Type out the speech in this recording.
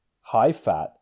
high-fat